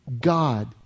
God